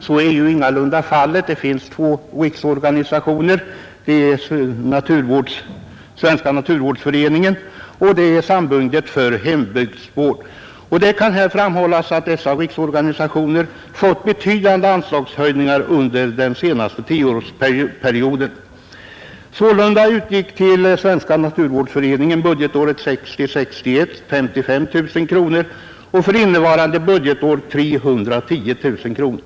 Så är ju ingalunda fallet. Det finns två riksorganisationer. Det är Svenska naturskyddsföreningen och Samfundet för hembygdsvård. Det kan här framhållas att dessa organisationer fått betydande anslagshöjningar under den senaste tioårsperioden. Sålunda utgick till Svenska naturskyddsföreningen budgetåret 1960/61 55 000 kronor och för innevarande budgetår 310 000 kronor.